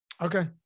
Okay